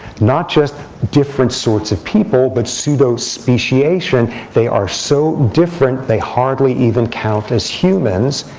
not just different sorts of people, but pseudo speciation they are so different they hardly even count as humans.